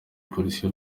polisi